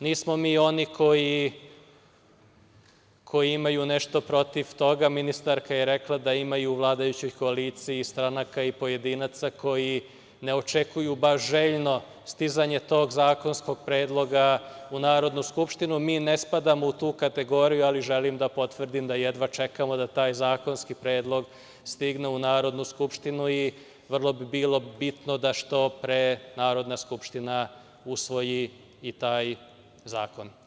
Nismo mi oni koji imaju nešto protiv toga, ministarka je rekla da ima i u vladajućoj koaliciji stranaka i pojedinaca koji ne očekuju baš željno stizanje tog zakonskog predloga u Narodnu skupštinu, mi ne spadamo u tu kategoriju, ali želim da potvrdim da jedva čekamo da taj zakonski predlog stigne u Narodnu skupštinu i vrlo bi bilo bitno da što pre Narodna skupština usvoji i taj zakona.